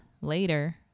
later